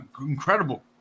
incredible